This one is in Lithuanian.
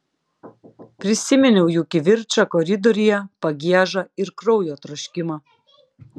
prisiminiau jų kivirčą koridoriuje pagiežą ir kraujo troškimą